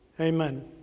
Amen